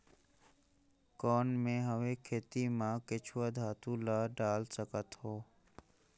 कौन मैं हवे खेती मा केचुआ खातु ला डाल सकत हवो?